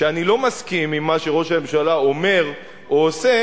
כשאני לא מסכים עם מה שראש הממשלה אומר או עושה,